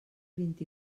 vint